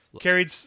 carried